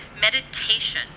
meditation